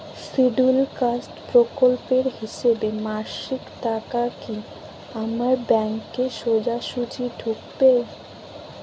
Scheduled caste প্রকল্পের হিসেবে মাসিক টাকা কি আমার ব্যাংকে সোজাসুজি ঢুকবে?